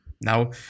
Now